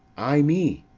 ay me!